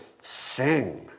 sing